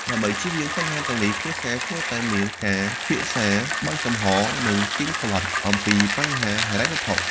ដើម្បីជៀសវាងបញ្ហាទាំងនេះ គ្រួសារគួរតែមានការពិភាក្សា បើកចំហរ និងទៀងទាត់ អំពីបញ្ហាហិរញ្ញវត្ថុ។